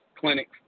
clinics